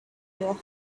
your